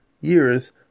years